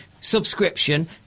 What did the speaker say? subscription